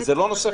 אסף ישלח גם לך.